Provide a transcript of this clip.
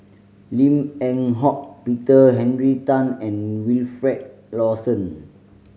Lim Eng Hock Peter Henry Tan and Wilfed Lawson